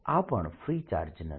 આ પણ free charge નથી